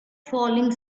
falling